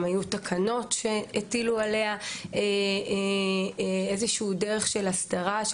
גם היו תקנות שהטילו עליה איזו דרך של הסדרה,